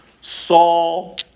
Saul